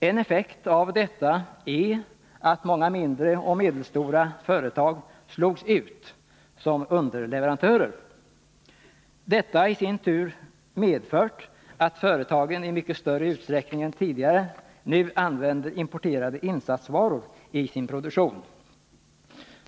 En effekt av detta är att många mindre och medelstora företag slogs ut som underleverantörer. Detta i sin tur har medfört att företagen i mycket större utsträckning än tidigare nu 59 använder importerade insatsvaror i sin produktion.